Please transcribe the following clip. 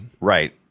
Right